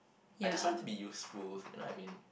I just want to be useful you know what I mean